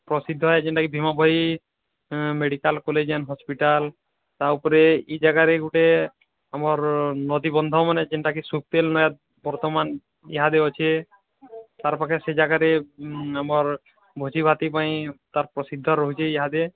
ପ୍ରସିଦ୍ଧ ହେଁ ଯେନ୍ଟା କି Bhima Bhoi medical college and hospital ତାପରେ ଇଁ ଜାଗାରେ ଗୁଟେ ଆମର୍ ନଦୀ ବନ୍ଧ ମାନେ ଯେଣ୍ଟା କି ବର୍ତ୍ତମାନ୍ ଏହା ଦେ ଅଛି ତାର ପାକ୍ଷେ ସେ ଜାଗାରେ ଉଁ ଆମର୍ ଭୋଜି ଭାତି ପାଇଁ ତାର୍ ପ୍ରସିଦ୍ଧ ରହୁଚି ଏହାଦେ